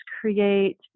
create